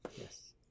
Yes